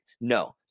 No